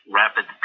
rapid